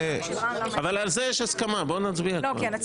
אבל יש על זה הסכמה, בוא נצביע כבר.